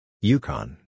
Yukon